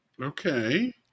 Okay